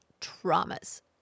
traumas